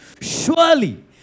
Surely